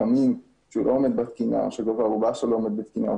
קמין שלא עומד בתקינה או שגובה הארובה שלו לא עומד בתקינה,